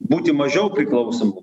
būti mažiau priklausomu